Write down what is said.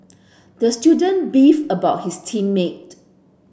the student beefed about his team mate